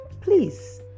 Please